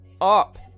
up